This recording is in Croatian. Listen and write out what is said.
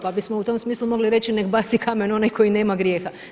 Pa bismo u tom smislu mogli reći nek' baci kamen onaj koji nema grijeha.